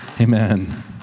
Amen